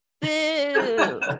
Boo